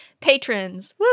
patrons